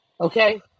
Okay